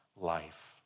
life